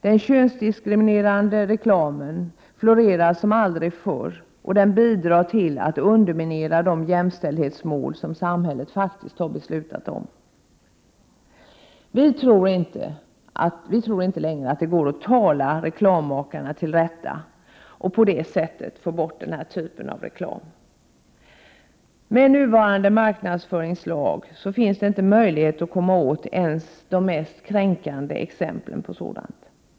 Den könsdiskriminerande reklamen florerar som aldrig förr och bidrar till att underminera de jämställdhetsmål som samhället faktiskt har beslutat om. Vi i vpk tror inte längre att det går att tala reklammakarna till rätta och på det sättet få bort denna typ av reklam. Med nuvarande marknadsföringslag finns det inte möjlighet att komma åt ens de mest kränkande exemplen.